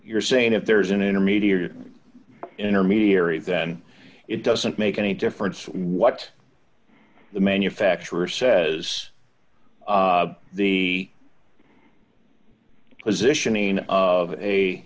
you're saying if there's an intermediary intermediary then it doesn't make any difference what the manufacturer says the positioning of a